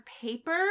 paper